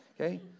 okay